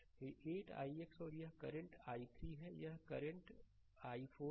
तो यह 8 ix है और यह करंट i3 है और यह करंट i4 है